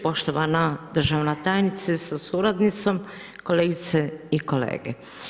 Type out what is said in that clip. Poštovana državna tajnice sa suradnicom, kolegice i kolege.